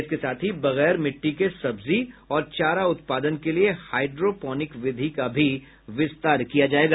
इसके साथ ही बगैर मिट्टी के सब्जी और चारा उत्पादन के लिए हाइड्रोपोनिक विधि का भी विस्तार किया जाएगा